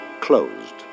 CLOSED